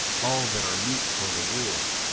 all that are meet for the war.